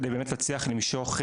כדי באמת להצליח למושך,